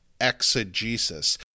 exegesis